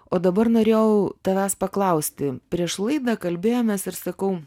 o dabar norėjau tavęs paklausti prieš laidą kalbėjomės ir sakau